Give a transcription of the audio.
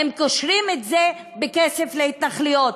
הם קושרים את זה בכסף להתנחלויות.